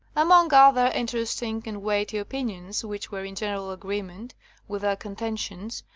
among other interesting and weighty opinions, which were in general agreement with our contentions,